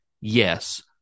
Yes